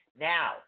Now